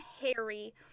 Harry